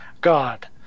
God